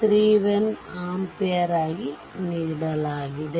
31 ampere ನೀಡಲಾಗಿದೆ